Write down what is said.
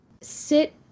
sit